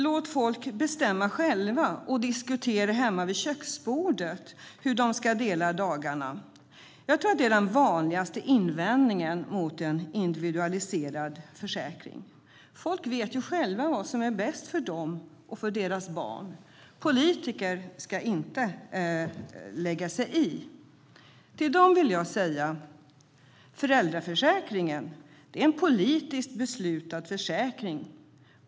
Låt folk själva bestämma och diskutera hemma vid köksbordet hur de ska dela dagarna. Det är nog den vanligaste invändningen mot en individualiserad försäkring. Folk vet vad som är bäst för dem och deras barn. Politiker ska inte lägga sig i. Till dem vill jag säga att föräldraförsäkringen är en politiskt beslutad försäkring.